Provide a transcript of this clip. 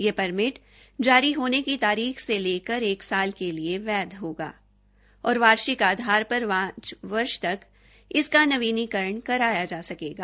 यह परमिट जारी होने की तारीख लेकर एक साल के वैध होगा और वार्षिक आधार पर पांच वर्ष तक इसका नवीनीकरण कराया जा सकेगा